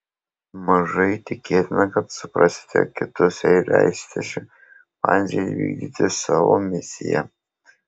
mažai tikėtina kad suprasite kitus jei leisite šimpanzei vykdyti savo misiją